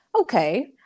okay